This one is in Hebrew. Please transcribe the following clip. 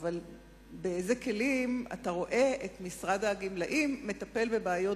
אבל באילו כלים אתה רואה את משרד הגמלאים מטפל בבעיות